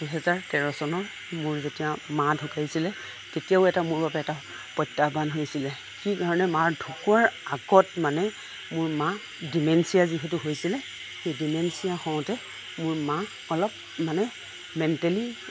দুহেজাৰ তেৰ চনৰ মোৰ যেতিয়া মা ঢুকাইছিলে তেতিয়াও এটা মোৰ বাবে এটা প্ৰত্যাহ্বান হৈছিলে কি ধৰণে মা ঢুকোৱাৰ আগত মানে মোৰ মা ডিমেনচিয়া যিহেতু হৈছিলে সেই ডিমেনচিয়া হওঁতে মোৰ মা অলপ মানে মেণ্টেলি